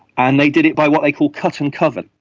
and they did it by what they call cut and cover.